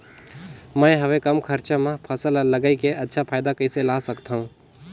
मैं हवे कम खरचा मा फसल ला लगई के अच्छा फायदा कइसे ला सकथव?